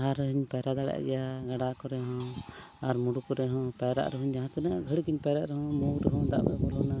ᱟᱦᱟᱨ ᱨᱮᱦᱚᱧ ᱯᱟᱭᱨᱟ ᱫᱟᱲᱮᱭᱟᱜ ᱜᱮᱭᱟ ᱜᱟᱰᱟ ᱠᱚᱨᱮᱦᱚᱸ ᱟᱨ ᱢᱩᱰᱩ ᱠᱚᱨᱮᱦᱚᱸ ᱯᱟᱭᱨᱟᱜ ᱨᱮᱦᱚᱧ ᱡᱟᱦᱟᱸ ᱛᱤᱱᱟᱹᱜ ᱜᱷᱟᱲᱤᱜ ᱤᱧ ᱯᱟᱭᱨᱟᱜ ᱨᱮᱦᱚᱸ ᱢᱩ ᱨᱮᱦᱚᱸ ᱫᱟᱜ ᱵᱟᱭ ᱵᱚᱞᱚᱱᱟ